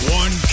one